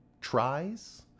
tries